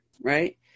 right